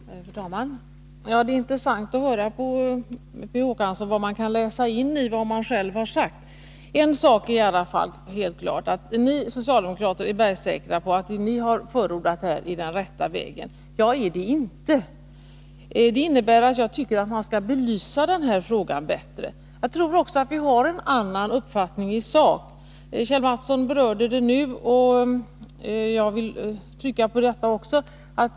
Fru talman! Det är intressant att höra på Per Olof Håkansson vad man kan läsa in i vad man själv har sagt. En sak är i alla fall helt klar, nämligen att ni socialdemokrater är bergsäkra på att det ni har förordat är den rätta vägen. Jag är det inte. Jag tycker att man skall belysa den här frågan bättre. Jag tror också att vi har en annan uppfattning i sak.